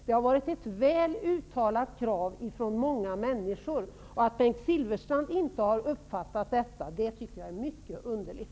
Det har funnits ett väl uttalat krav från många människor. Att Bengt Silfverstrand inte har uppfattat detta tycker jag är mycket underligt.